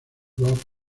rock